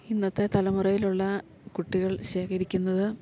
ഇന്നത്തെ തലമുറയിലുള്ള കുട്ടികൾ ശേഖരിക്കുന്നത്